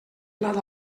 blat